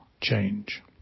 change